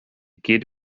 gyd